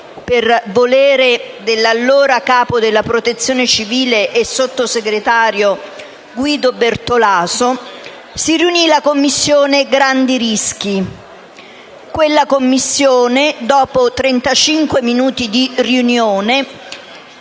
per volere dell'allora capo della Protezione civile e sottosegretario Guido Bertolaso, la commissione grandi rischi. Quella commissione, dopo trentacinque minuti di riunione,